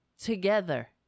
together